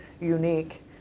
unique